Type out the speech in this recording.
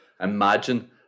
Imagine